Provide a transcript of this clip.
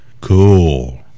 cool